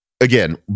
again